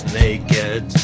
naked